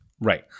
Right